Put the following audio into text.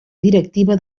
directiva